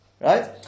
Right